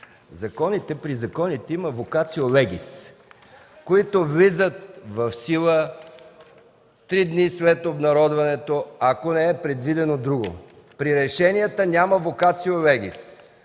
Манолова, при законите има вокацио легис, които влизат в сила три дни след обнародването, ако не е предвидено друго. При решенията няма вокацио легис.